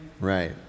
Right